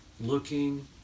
looking